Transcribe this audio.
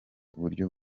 uburyo